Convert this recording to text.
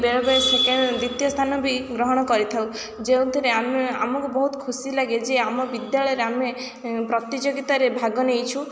ବେଳେବେଳେ ସେକେଣ୍ଡ ଦ୍ୱିତୀୟ ସ୍ଥାନ ବି ଗ୍ରହଣ କରିଥାଉ ଯେଉଁଥିରେ ଆମ ଆମକୁ ବହୁତ୍ ଖୁସିଲାଗେ ଯେ ଆମ ବିଦ୍ୟାଳୟରେ ଆମେ ପ୍ରତିଯୋଗୀତାରେ ଭାଗ ନେଇଛୁ